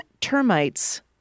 termites